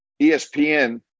ESPN